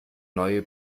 neue